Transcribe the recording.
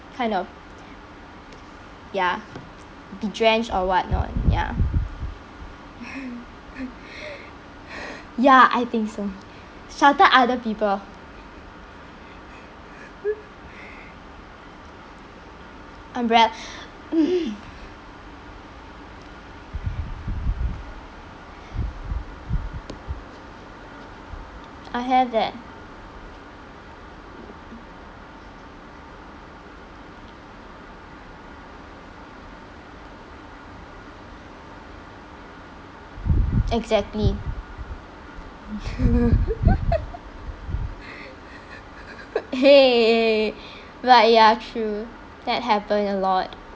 kind of ya be drenched or whatnot ya ya I think so shelter other people umbre~ I have that exactly !hey! but ya true that happen a lot